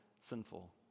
Sinful